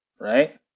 right